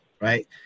right